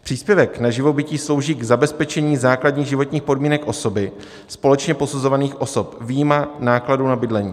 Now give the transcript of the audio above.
Příspěvek na živobytí slouží k zabezpečení základních životních podmínek osoby společně posuzovaných osob vyjma nákladů na bydlení.